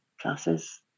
classes